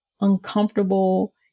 uncomfortable